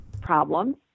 problems